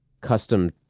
custom